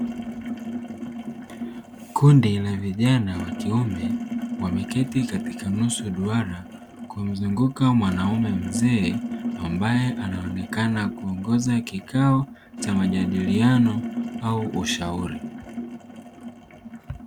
Kundi la vijana wa kiume wameketi katika nusu duara kumzunguka mwanaume mzee ambaye anaonekana kuongoza kikao cha majadiliano au ushauri.